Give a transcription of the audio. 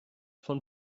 von